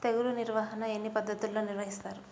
తెగులు నిర్వాహణ ఎన్ని పద్ధతులలో నిర్వహిస్తారు?